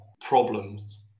problems